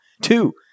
Two